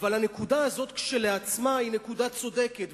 אבל הנקודה הזאת כשלעצמה היא נקודה צודקת,